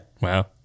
wow